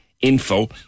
info